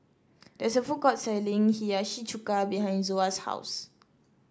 there is a food court selling Hiyashi Chuka behind Zoa's house